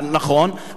נכון,